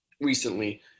Recently